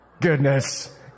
goodness